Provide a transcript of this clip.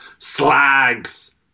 Slags